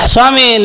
Swami